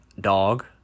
dog